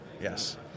Yes